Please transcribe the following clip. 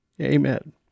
Amen